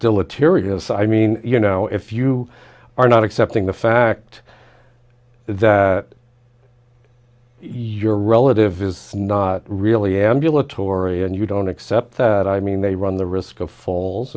aside i mean you know if you are not accepting the fact that your relative is not really ambulatory and you don't accept that i mean they run the risk of falls